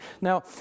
Now